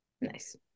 Nice